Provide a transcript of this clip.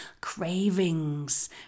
cravings